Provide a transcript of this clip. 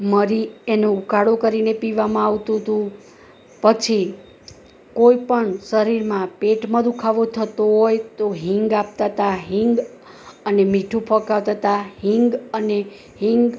મરી એનો ઉકાળો કરીને પીવામાં આવતુ હતુ પછી કોઈ પણ શરીરમાં પેટમાં દુખાવો થતો હોય તો હિંગ આપતાં હતા હિંગ અને મીઠું પકવતાં હતાં હિંગ અને હિંગ